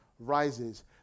rises